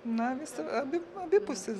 na visa abi abipusis